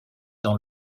dans